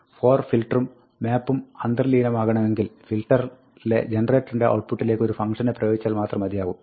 for ഫിൽട്ടറും മാപ്പും അന്തർലീനമാകണമെങ്കിൽ ഫിൽട്ടറിലെ ജനറേറ്ററിന്റെ ഔട്ട്പുട്ടലേക്ക് ഒരു ഫങ്ക്ഷനെ പ്രയോഗിച്ചാൽ മാത്രം മതിയാകും